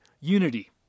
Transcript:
unity